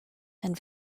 and